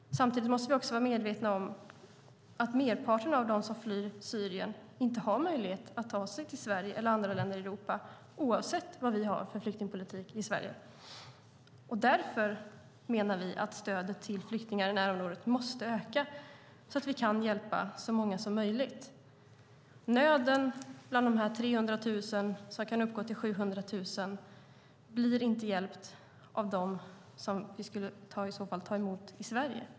Samtidigt måste vi också vara medvetna om att merparten av dem som flyr Syrien inte har möjlighet att ta sig till Sverige eller andra länder i Europa oavsett vad vi har för flyktingpolitik i Sverige. Därför menar vi att stödet till flyktingar i närområdet måste öka så att vi kan hjälpa så många som möjligt. Nöden bland dessa 300 000, som kan uppgå till 700 000, blir inte avhjälpt av dem som vi i så fall skulle ta emot i Sverige.